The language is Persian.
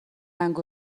رنگ